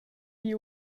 igl